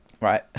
right